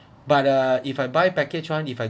but uh if I buy package [one] if I